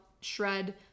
shred